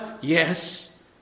Yes